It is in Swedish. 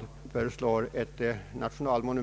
Det föreligger två reservationer och